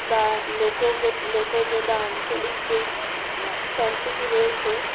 বা লোক লোকজ বা আঞ্চলিক যে সংস্কৃতি রয়েছে